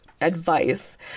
Advice